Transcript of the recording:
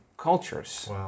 cultures